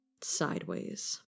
sideways